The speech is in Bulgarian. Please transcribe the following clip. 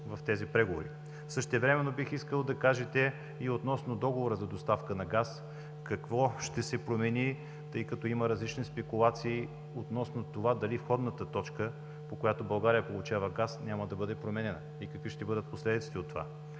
в тези преговори. Същевременно бих искал да кажете и относно договора за доставка на газ: какво ще се промени, тъй като има различни спекулации относно това дали входната точка, по която България получава газ, няма да бъде променена и какви ще бъдат последиците от това?